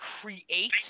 create